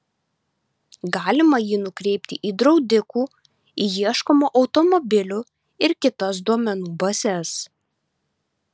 galima jį nukreipti į draudikų į ieškomų automobilių ir kitas duomenų bazes